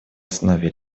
основе